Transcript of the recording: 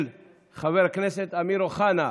של חבר הכנסת אמיר אוחנה.